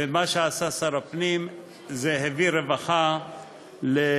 ומה שעשה שר הפנים זה להביא רווחה לקבוצות